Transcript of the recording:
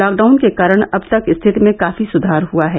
lockdown के कारण अब तक स्थिति में काफी सुधार हआ है